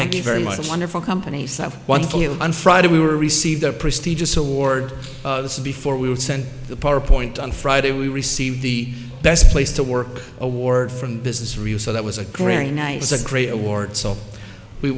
thank you very much a wonderful company so wonderful you on friday we were received the prestigious award this is before we were sent the power point on friday we received the best place to work award from business real so that was a great night is a great award so we